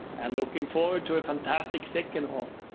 and looking forward to a fantastic second half.